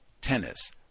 tennis